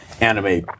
anime